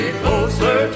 closer